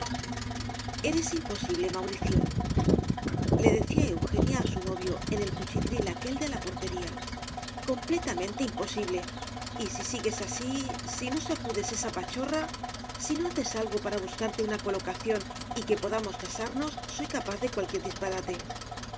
imposible mauriciole decía eugenia a su novio en el cuchitril aquel de la portería completamente imposible y si sigues así si no sacudes esa pachorra si no haces algo para buscarte una colocación y que podamos casarnos soy capaz de cualquier disparate